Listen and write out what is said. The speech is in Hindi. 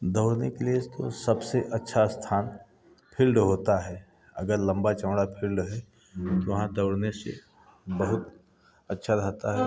दौड़ने के लिए सबसे अच्छा स्थान फील्ड होता है अगर लम्बा चौड़ा फील्ड है तो वहाँ दौड़ने से बहुत अच्छा रहता है